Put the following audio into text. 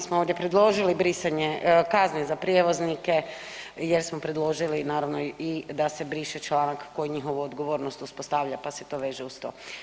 Da, mi smo ovdje predložili brisanje kazne za prijevoznike jer smo predložili naravno i da se briše članak koji njihovu odgovornost uspostavlja, pa se to veže uz to.